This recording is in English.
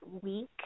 week